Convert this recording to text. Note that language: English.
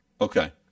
Okay